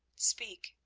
speak,